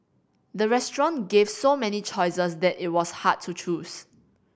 the restaurant gave so many choices that it was hard to choose